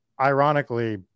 ironically